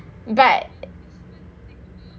but